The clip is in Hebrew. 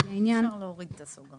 לפי העניין) -- אפשר להוריד את הסוגריים.